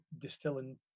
distilling